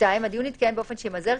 (2)הדיון יתקיים באופן שימזער,